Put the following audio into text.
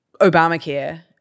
obamacare